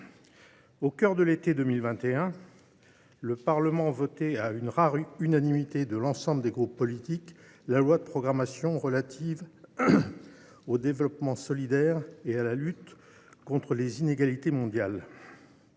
au cœur de l’été 2021, le Parlement votait, à une rare unanimité des groupes politiques, la loi de programmation relative au développement solidaire et à la lutte contre les inégalités mondiales.